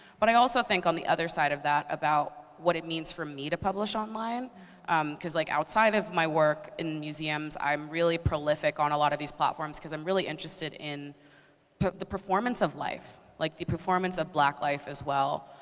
but i also think, on the other side of that, about what it means for me to publish online because like outside of my work in museums i'm really prolific on a lot of these platforms cause i'm really interested in the performance of life, like the performance of black life, as well.